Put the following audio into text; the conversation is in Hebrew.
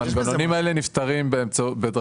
מי נמנע?